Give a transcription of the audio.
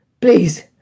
Please